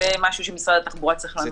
זה משהו שמשרד התחבורה צריך לענות עליו,